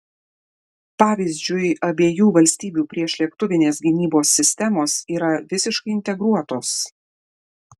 pavyzdžiui abiejų valstybių priešlėktuvinės gynybos sistemos yra visiškai integruotos